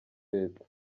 leta